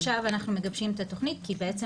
עכשיו אנחנו מגבשים את התכנית כי בעצם